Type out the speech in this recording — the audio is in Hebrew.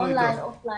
בבקשה.